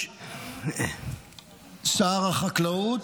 שר החקלאות.